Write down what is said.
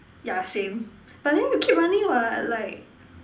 yeah same but then you keep running what like